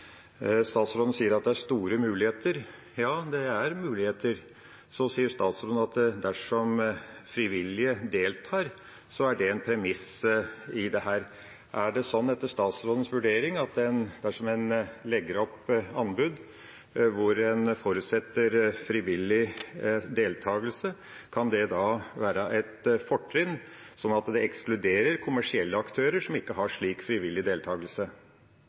Statsråden sier at det er store muligheter. Ja, det er muligheter. Så sier statsråden at dersom frivillige deltar, er det en premiss i dette. Er det slik – etter statsrådens vurdering – at dersom en legger ut anbud hvor en forutsetter frivillig deltakelse, kan det være et fortrinn, slik at det ekskluderer kommersielle aktører, som ikke har slik frivillig deltakelse?